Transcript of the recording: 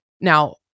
Now